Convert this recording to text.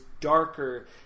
darker